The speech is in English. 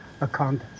account